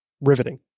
riveting